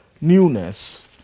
newness